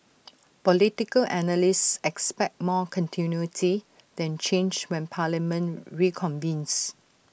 political analysts expect more continuity than change when parliament reconvenes